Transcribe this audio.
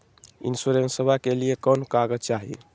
इंसोरेंसबा के लिए कौन कागज चाही?